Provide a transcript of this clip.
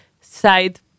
side